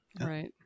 Right